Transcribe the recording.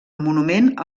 monument